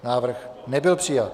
Návrh nebyl přijat.